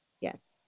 Yes